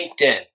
LinkedIn